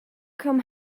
come